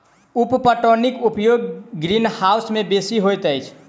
उप पटौनीक उपयोग ग्रीनहाउस मे बेसी होइत अछि